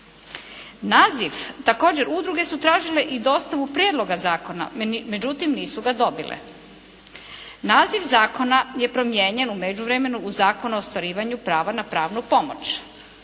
Naziv, također udruge su tražile i dostavu Prijedloga zakona međutim nisu ga dobile. Naziv zakona je promijenjen u međuvremenu u Zakon o ostvarivanju prava na pravnu pomoć.